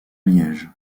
liège